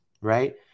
right